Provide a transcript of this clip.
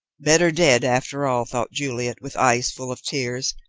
better dead, after all, thought juliet, with eyes full of tears,